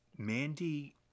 Mandy